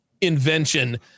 invention